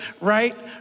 right